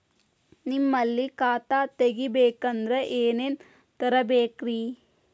ನಿಮ್ಮಲ್ಲಿ ಖಾತಾ ತೆಗಿಬೇಕಂದ್ರ ಏನೇನ ತರಬೇಕ್ರಿ?